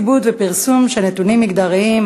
עיבוד ופרסום של נתונים מגדריים),